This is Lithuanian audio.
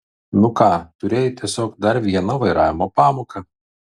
nu ką turėjai tiesiog dar vieną vairavimo pamoką